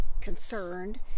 concerned